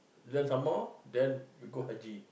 learn some more then we go haji